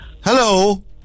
Hello